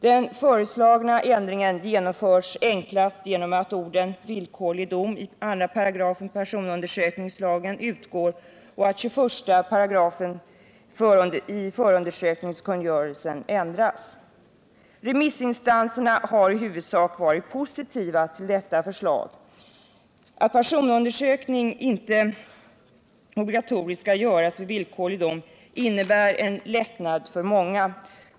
Den föreslagna ändringen genomförs enklast genom att orden ”villkorlig dom” i2 § personundersökningslagen utgår och att 21 § förundersökningskungörelsen ändras. Remissinstanserna har i huvudsak varit positiva till detta förslag. Att personundersökning inte skall vara obligatorisk vid villkorlig dom innebär en lättnad för många.